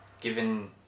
given